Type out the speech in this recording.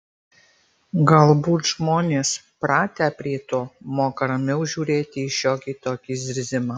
galbūt žmonės pratę prie to moka ramiau žiūrėti į šiokį tokį zirzimą